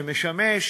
שמשמש